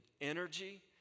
energy